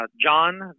John